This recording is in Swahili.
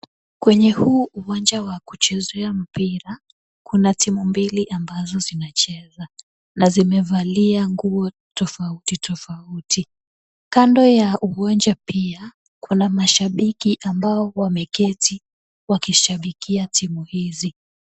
Kwenye huu uwanja wa kuchezea mpira, kuna timu mbili ambazo zinacheza na zimevalia nguo tofauti tofauti. Kando ya uwanja pia kuna mashabiki ambao wameketi wakishabikia timu hizi.